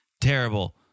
terrible